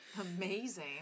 Amazing